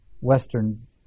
Western